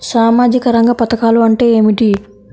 సామాజిక రంగ పధకాలు అంటే ఏమిటీ?